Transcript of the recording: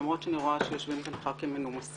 למרות שאני רואה שיושבים כאן חברי כנסת מנומסים.